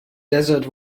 desert